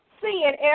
seeing